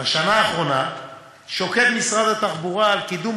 בשנה האחרונה שוקד משרד התחבורה על קידום